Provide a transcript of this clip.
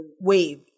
Wave